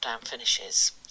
finishes